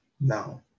now